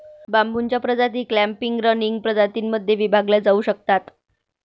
बांबूच्या प्रजाती clumping, running प्रजातीं मध्ये विभागल्या जाऊ शकतात